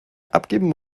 abgeben